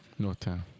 Northtown